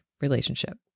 relationship